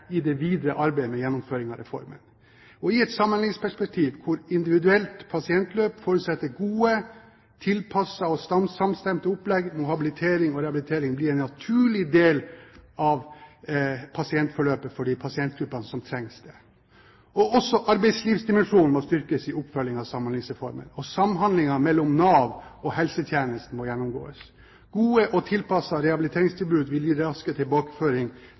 i det videre arbeidet med gjennomføringen av reformen. I et sammenlikningsperspektiv hvor et individuelt pasientløp forutsetter gode, tilpassede og samstemte opplegg, må habilitering og rehabilitering bli en naturlig del av pasientforløpet for de pasientgruppene som trenger det. Også arbeidslivsdimensjonen må styrkes i oppfølgingen av Samhandlingsreformen. Samhandlingen mellom Nav og helsetjenesten må gjennomgås. Gode og tilpassede rehabiliteringstilbud vil gi raskere tilbakeføring